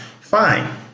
Fine